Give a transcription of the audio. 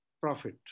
profit